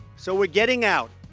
so we're getting out.